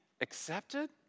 Accepted